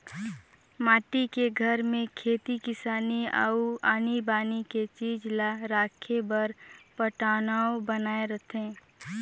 माटी के घर में खेती किसानी अउ आनी बानी के चीज ला राखे बर पटान्व बनाए रथें